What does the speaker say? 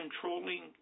controlling